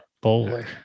Bowler